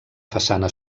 façana